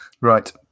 Right